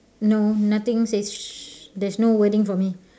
no nothing says sh~ there's no wording for me